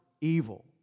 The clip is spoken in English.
evil